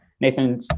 Nathan